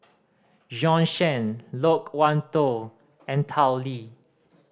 Bjorn Shen Loke Wan Tho and Tao Li